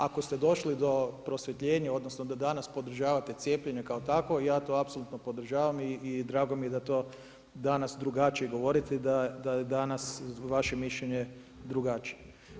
Ako ste došli do prosvjetljenja odnosno da danas podržavate cijepljenje kao takvo ja to apsolutno podržavam i drago mi je da to danas drugačije govorite i da je danas vaše mišljenje drugačije.